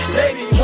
baby